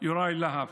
יוראי להב,